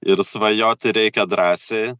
ir svajoti reikia drąsiai